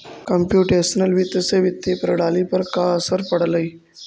computational वित्त से वित्तीय प्रणाली पर का असर पड़लइ